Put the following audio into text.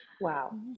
Wow